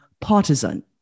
partisan